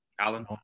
Alan